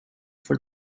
for